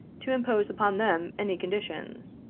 to impose upon them any conditions.